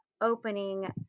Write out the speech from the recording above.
opening